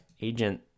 agent